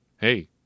hey